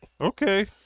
Okay